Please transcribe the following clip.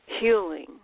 healing